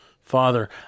father